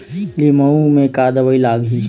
लिमाऊ मे का दवई लागिही?